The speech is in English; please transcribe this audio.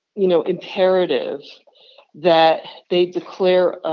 you know, imperative that they declare